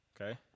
Okay